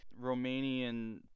Romanian